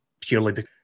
Purely